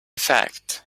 fact